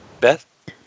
Beth